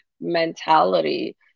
mentality